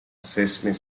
sesame